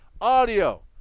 audio